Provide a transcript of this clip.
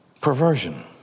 Perversion